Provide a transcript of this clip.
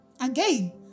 Again